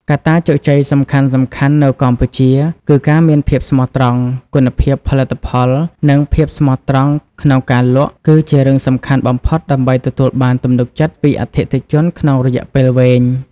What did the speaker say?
កត្តាជោគជ័យសំខាន់ៗនៅកម្ពុជាគឺ ការមានភាពស្មោះត្រង់ គុណភាពផលិតផល និងភាពស្មោះត្រង់ក្នុងការលក់ គឺជារឿងសំខាន់បំផុតដើម្បីទទួលបានទំនុកចិត្តពីអតិថិជនក្នុងរយៈពេលវែង។